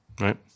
right